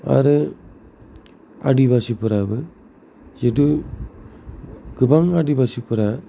आरो आदिबासिफोराबो जेथु गोबां आदि बासिफोरा